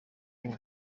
ubu